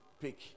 pick